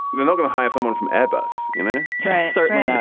they're not gonna hire someone from airbus you know certainly not.